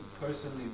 personally